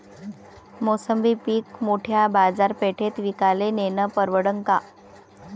मोसंबी पीक मोठ्या बाजारपेठेत विकाले नेनं परवडन का?